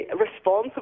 responsible